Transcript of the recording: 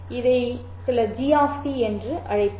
இதை சில g என்று அழைப்போம்